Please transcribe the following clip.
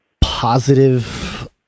positive